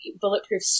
bulletproof